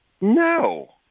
No